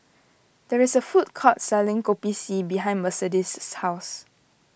there is a food court selling Kopi C behind Mercedes' house